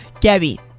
Gabby